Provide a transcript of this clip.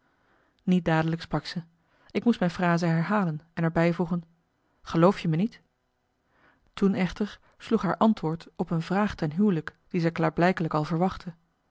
niet dadelijk sprak ze ik moest mijn frase herhalen en er bijvoegen geloof je me niet toen echter sloeg haar antwoord op en vraag ten huwelijk die ze klaarblijkelijk al verwachtte